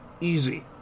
Easy